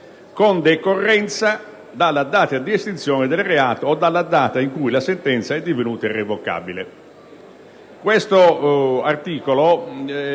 con decorrenza dalla data di estinzione del reato o dalla data in cui la sentenza è divenuta irrevocabile.